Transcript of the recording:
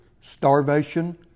starvation